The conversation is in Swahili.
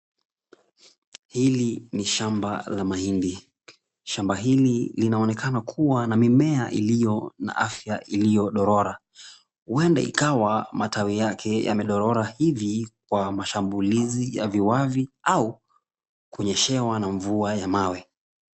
Hili ni shamba la mahindi. Shamba hili linaonekana kuwa na mimea iliyo na afya iliyodorora. Huenda ikawa matawi yake yamedorora hivi kwa mashambulizi ya viwavi au kunyeshewa na mvua ya mawe.